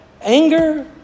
anger